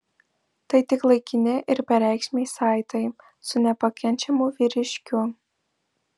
tai tik laikini ir bereikšmiai saitai su nepakenčiamu vyriškiu